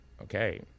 okay